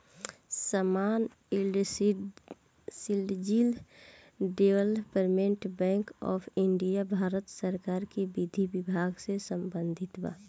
small industries development bank of India Bharat सरकार के विधि विभाग से संबंधित बा